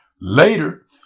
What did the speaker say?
Later